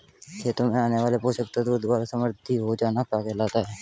खेतों में आने वाले पोषक तत्वों द्वारा समृद्धि हो जाना क्या कहलाता है?